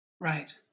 Right